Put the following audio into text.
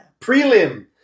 Prelim